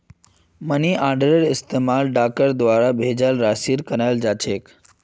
money आर्डरेर इस्तमाल डाकर द्वारा भेजाल राशिर कराल जा छेक